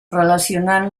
relacionant